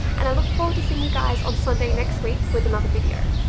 and i look forward to seeing you guys on sunday next week with another video.